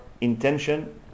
intention